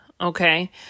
okay